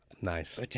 nice